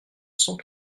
cent